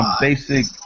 basic